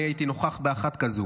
אני הייתי נוכח באחת כזאת.